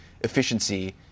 efficiency